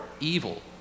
evil